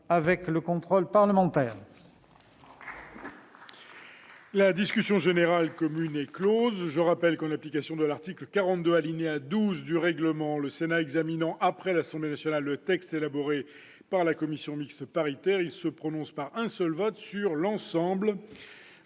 La discussion générale commune est close. Je rappelle que, en application de l'article 42, alinéa 12, du règlement, le Sénat examinant après l'Assemblée nationale les textes élaborés par les commissions mixtes paritaires, il se prononce par un seul vote sur l'ensemble